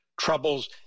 troubles